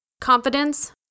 Confidence